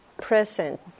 present